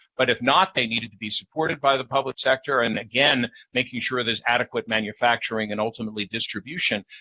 but if not, they need to be supported by the public sector and, again, making sure there's adequate manufacturing and ultimately distribution.